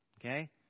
okay